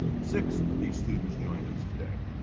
six of these students join us today.